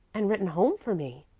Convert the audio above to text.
and written home for me.